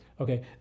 Okay